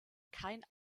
kein